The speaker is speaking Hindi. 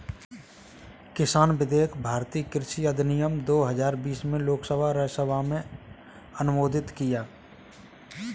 किसान विधेयक भारतीय कृषि अधिनियम दो हजार बीस में लोकसभा और राज्यसभा में अनुमोदित किया